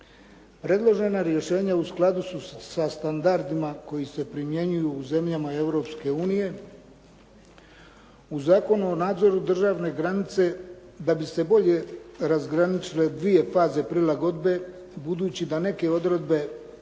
Predložena rješenja u skladu su sa standardima koji se primjenjuju u zemljama Europske unije. U Zakonu o nadzoru državne granice da bi se bolje razgraničile dvije faze prilagodbe, budući da neke odredbe stupaju